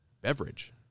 beverage